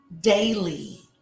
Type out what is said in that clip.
daily